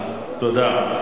תודה.